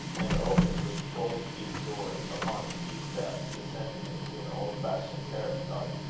and opened with folding-doors upon a few steps, descending into an old-fashioned, terraced garden.